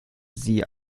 sie